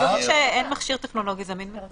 כתוב כשאין מכשיר טכנולוגי זמין.